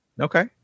Okay